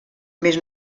més